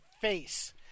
face